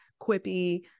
quippy